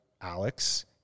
Alex